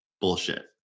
bullshit